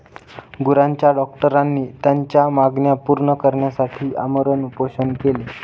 गुरांच्या डॉक्टरांनी त्यांच्या मागण्या पूर्ण करण्यासाठी आमरण उपोषण केले